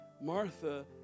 Martha